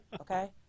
Okay